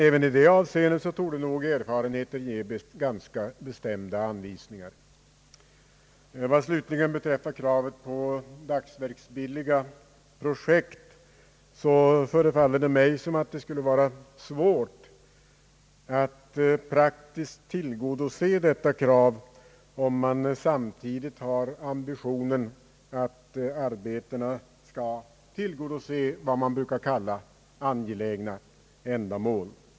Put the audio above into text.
Även i detta avseende torde väl erfarenheten ge ganska bestämda anvisningar. Vad slutligen beträffar kravet på dagsverksbilliga projekt förefaller det mig som om det skulle vara svårt att praktiskt tillmötesgå detta krav, om man samtidigt har ambitionen att arbetena skall tillgodose vad man brukar kalla angelägna ändamål.